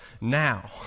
now